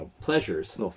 pleasures